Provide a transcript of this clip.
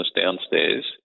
downstairs